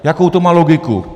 Jakou to má logiku?